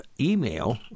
email